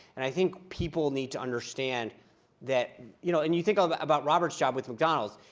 and i think people need to understand that you know and you think um but about robert's job with mcdonald's.